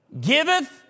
giveth